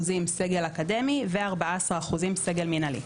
הם סגל אקדמי ו-14% הם סגל מנהלי.